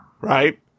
Right